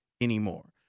anymore